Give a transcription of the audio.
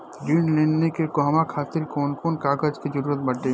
ऋण लेने के कहवा खातिर कौन कोन कागज के जररूत बाटे?